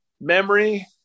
memory